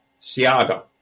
siaga